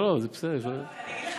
אני מתנצלת.